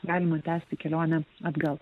galima tęsti kelionę atgal